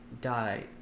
die